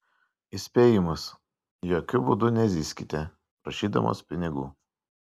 įspėjimas jokiu būdų nezyzkite prašydamos pinigų